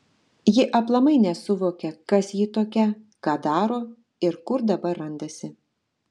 ji aplamai nesuvokia kas ji tokia ką daro ir kur dabar randasi